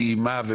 והיא מה?